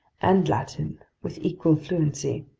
and latin with equal fluency.